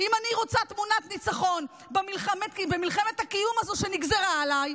אם אני רוצה תמונת ניצחון במלחמת הקיום הזו שנגזרה עליי,